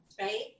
right